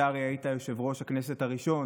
אתה הרי היית יושב-ראש הכנסת הראשון